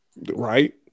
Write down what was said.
right